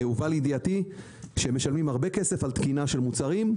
והובא לידיעתי שהם משלמים הרבה כסף כל תקינה של מוצרים.